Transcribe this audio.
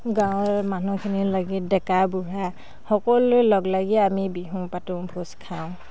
গাঁৱৰ মানুহখিনি লাগি ডেকা বুঢ়া সকলোৱে লগ লাগি আমি বিহু পাতোঁ ভোজ খাওঁ